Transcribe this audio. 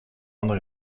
indre